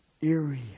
eerie